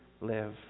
live